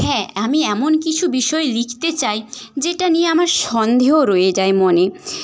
হ্যাঁ আমি এমন কিছু বিষয়ে লিখতে চাই যেটা নিয়ে আমার সন্দেহ রয়ে যায় মনে